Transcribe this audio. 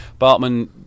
Bartman